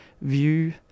view